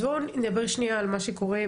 אז בואו נדבר שנייה על מה שקורה,